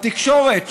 התקשורת,